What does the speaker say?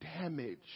damage